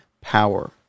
power